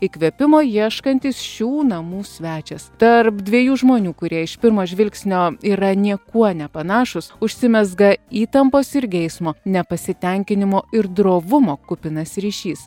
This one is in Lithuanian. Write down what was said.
įkvėpimo ieškantis šių namų svečias tarp dviejų žmonių kurie iš pirmo žvilgsnio yra niekuo nepanašūs užsimezga įtampos ir geismo nepasitenkinimo ir drovumo kupinas ryšys